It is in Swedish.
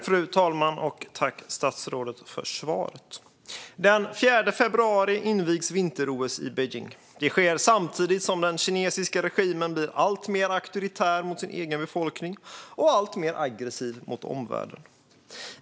Fru talman! Tack, statsrådet, för svaret! Den 4 februari invigs vinter-OS i Beijing. Detta sker samtidigt som den kinesiska regimen blir alltmer auktoritär mot sin egen befolkning och alltmer aggressiv mot omvärlden.